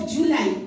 July